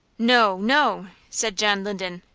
no, no! said john linden,